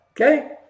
Okay